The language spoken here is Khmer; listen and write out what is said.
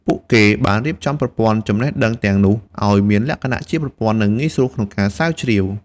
ពួកគេបានរៀបចំប្រព័ន្ធចំណេះដឹងទាំងនោះឲ្យមានលក្ខណៈជាប្រព័ន្ធ និងងាយស្រួលក្នុងការស្រាវជ្រាវ។